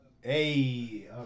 hey